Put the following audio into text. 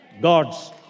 God's